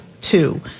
two